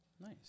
Nice